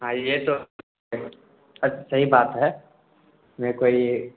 ہاں یہ تو صحیح بات ہے میں کوئی